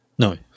No